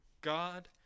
God